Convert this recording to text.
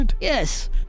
Yes